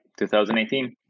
2018